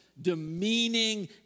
demeaning